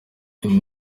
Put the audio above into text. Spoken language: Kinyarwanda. uyu